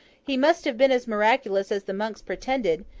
he must have been as miraculous as the monks pretended,